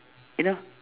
you know